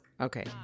Okay